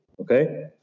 okay